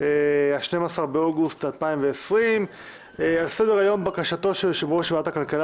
12 באוגוסט 2020. על סדר היום: בקשת יושב-ראש ועדת הכלכלה